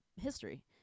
history